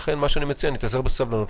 אני מציע שנתאזר בסבלנות.